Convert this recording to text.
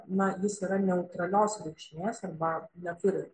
na jis yra neutralios reikšmės arba neturi